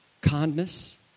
kindness